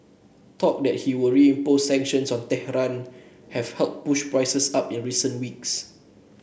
talk that he will reimpose sanctions on Tehran have helped push prices up in recent weeks